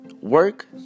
Work